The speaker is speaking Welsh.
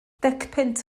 decpunt